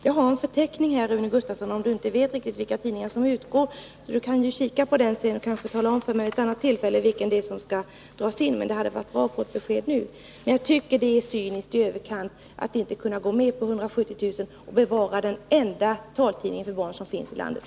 Jag har här en förteckning över vilka tidningar det gäller, så om Rune Gustavsson inte vet vilka de tidningarna är kan han titta på den förteckningen. Kanske kan han sedan vid ett annat tillfälle tala om för mig vilken tidning det är som skall dras in. Men det vore bra om jag kunde få ett besked nu. Det är litet väl cyniskt att inte kunna bevilja 170 000 kr., när man på det sättet kunde bevara den enda taltidning för barn som finns i landet.